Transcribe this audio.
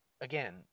again